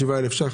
77 אלפי שקלים?